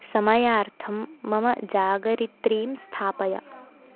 समयार्थं मम जागरित्रीं स्थापय